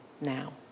now